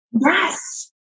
Yes